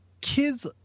Kids